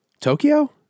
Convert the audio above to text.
Tokyo